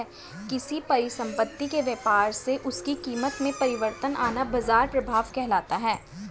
किसी परिसंपत्ति के व्यापार से उसकी कीमत में परिवर्तन आना बाजार प्रभाव कहलाता है